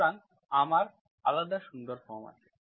সুতরাং আমার আলাদা সুন্দর ফর্ম আছে